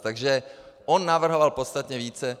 Takže on navrhoval podstatně více.